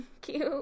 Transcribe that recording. Cute